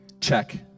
check